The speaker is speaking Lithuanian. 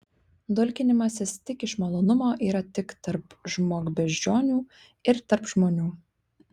dulkinimasis tik iš malonumo yra tik tarp žmogbeždžionių ir tarp žmonių